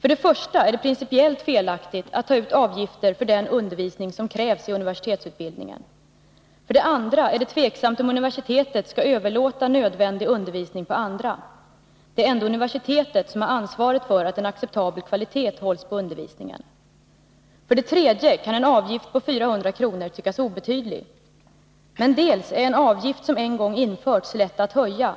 För det första är det principiellt felaktigt att ta ut avgifter för den undervisning som krävs i universitetsutbildningen. För det andra är det tveksamt om universitet skall överlåta nödvändig att förhindra att avgifter uttas för universitetsunder att förhindra att avgifter uttas för universitetsundervisning undervisning på andra. Det är ändå universitetet som har ansvaret för att en acceptabel kvalitet hålls på undervisningen. För det tredje kan en avgift på 400 kr. tyckas obetydlig. Men dels är en avgift som en gång införts lätt att höja,